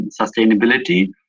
sustainability